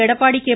Edappadi K